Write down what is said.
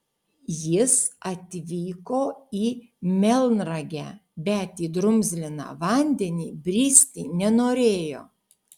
jis atvyko į melnragę bet į drumzliną vandenį bristi nenorėjo